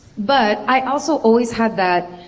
but, i also always had that.